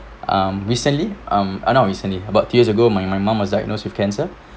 um recently um ah not recently about two years ago my my mum was diagnosed with cancer